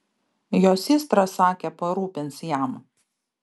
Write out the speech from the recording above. jo systra sakė parūpins jam